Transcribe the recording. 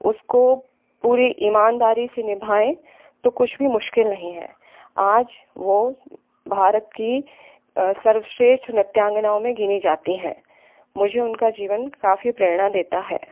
उसको पूरी ईमानदारी से निभाएँ तो कुछ भी मुश्किल नहीं है आज वह भारत की सर्वश्रेष्ठ नृत्यांगनाओं में गिनी जाती हैं मुझे उनका जीवन काफ़ी प्रेरणा देता है